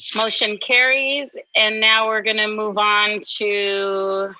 motion carries and now we're gonna move on to,